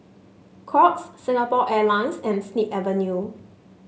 Crocs Singapore Airlines and Snip Avenue